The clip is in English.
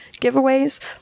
giveaways